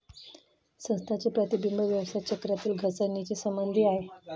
संस्थांचे प्रतिबिंब व्यवसाय चक्रातील घसरणीशी संबंधित आहे